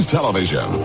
Television